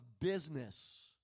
business